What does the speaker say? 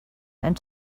and